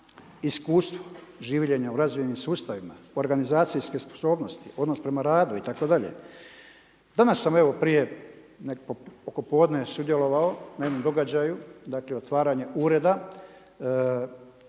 iskustvo življenja u razvijenim sustavima, organizacijske sposobnosti, odnos prema radu itd. Danas sam evo, oko podne, sudjelovao na jednom događaju otvaranje ureda